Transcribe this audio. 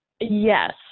yes